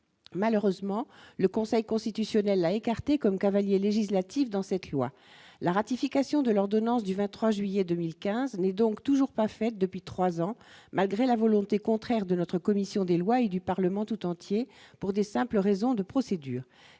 malheureusement, le Conseil constitutionnel a écarté comme cavalier législatif dans cette loi, la ratification de l'ordonnance du 23 juillet 2015, ce n'est donc toujours pas fait depuis 3 ans malgré la volonté contraire de notre commission des lois et du parlement tout entier pour des simples raisons de procédure,